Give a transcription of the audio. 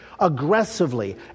aggressively